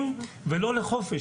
ולא לחופש.